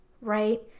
right